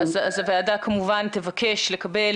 אז הוועדה כמובן תבקש לקבל,